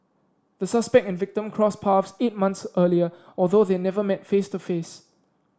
the suspect and victim crossed paths eight months earlier although they never met face to face